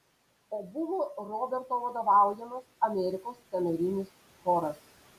o buvo roberto vadovaujamas amerikos kamerinis choras